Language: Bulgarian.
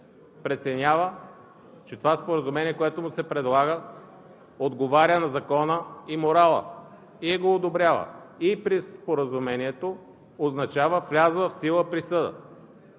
преценява, че това споразумение, което му се предлага, отговаря на закона и морала и го одобрява. Споразумението означава влязла в сила присъда.